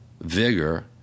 vigor